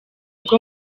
rwo